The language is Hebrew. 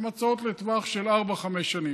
הן הצעות לטווח של ארבע-חמש שנים,